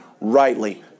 rightly